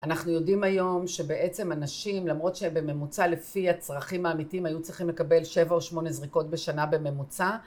אנחנו יודעים היום שבעצם אנשים למרות שהם בממוצע לפי הצרכים האמיתיים היו צריכים לקבל שבע או שמונה זריקות בשנה בממוצע